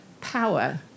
power